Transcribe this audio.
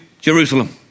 Jerusalem